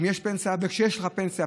אם יש לך פנסיה,